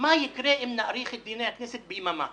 מה יקרה אם נאריך את דיוני הכנסת ביממה?